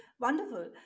wonderful